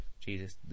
Jesus